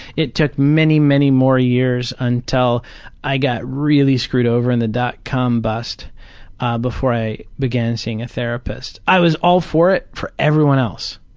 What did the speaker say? it took many, many more years until i got really screwed over in the dot com bust before i began seeing a therapist. i was all for it for everyone else.